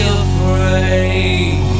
afraid